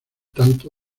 tanto